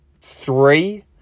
three